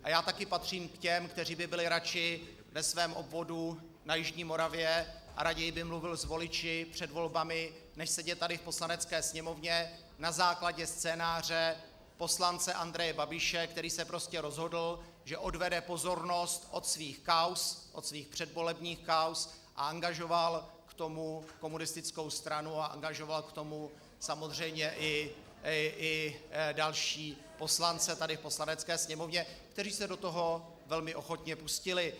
A já taky patřím k těm, kteří by byli radši ve svém obvodu na jižní Moravě a raději by mluvil s voliči před volbami, než sedět tady v Poslanecké sněmovně na základě scénáře poslance Andreje Babiše, který se prostě rozhodl, že odvede pozornost od svých kauz, od svých předvolebních kauz, a angažoval k tomu komunistickou stranu a angažoval k tomu samozřejmě i další poslance tady v Poslanecké sněmovně, kteří se do toho velmi ochotně pustili.